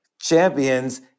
champions